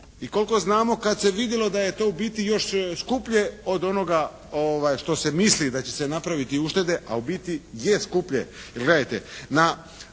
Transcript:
i koliko znamo kad se vidilo da je to u biti još skuplje od onoga što se misli da će se napraviti uštede a u biti je skuplje.